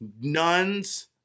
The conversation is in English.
Nuns